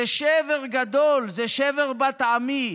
זה שבר גדול, זה שבר בת עמי,